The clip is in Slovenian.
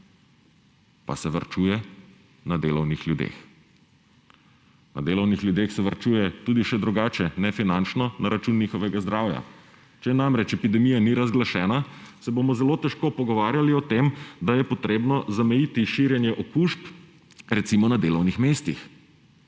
Pa se varčuje na delovnih ljudeh! Na delovnih ljudeh se varčuje tudi še drugače, ne finančno, na račun njihovega zdravja. Če namreč epidemija ni razglašena, se bomo zelo težko pogovarjali o tem, da je potrebno zamejiti širjenje okužb, recimo, na delovnih mestih,